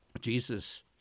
Jesus